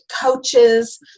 Coaches